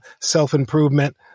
self-improvement